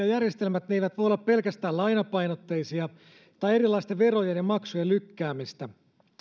järjestelmät eivät voi olla pelkästään lainapainotteisia tai erilaisten verojen ja maksujen lykkäämistä